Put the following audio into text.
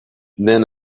then